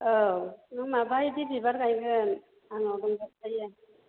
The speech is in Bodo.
औ नों माबायदि बिबार गायगोन आंनाव दंजोबखायो